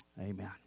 Amen